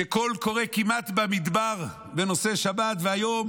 כקול קורא כמעט במדבר בנושא שבת, והיום